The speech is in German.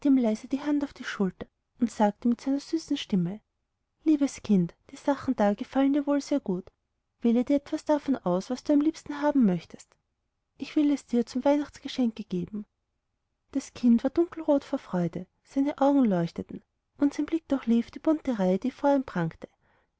die hand auf die schulter und sagte mit seiner süßen stimme liebes kind die sachen da gefallen dir wohl sehr gut wähle dir etwas davon aus was du am liebsten haben möchtest ich will es dir zum weihnachtsgeschenke geben das kind ward dunkelrot vor freude seine augen leuchteten und sein blick durchlief die bunte reihe die vor ihm prangte